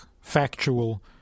factual